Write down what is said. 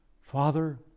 Father